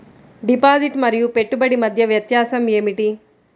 Deposit మరియు పెట్టుబడి మధ్య వ్యత్యాసం ఏమిటీ?